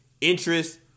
interest